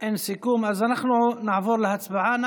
אין סיכום, אז אנחנו נעבור להצבעה.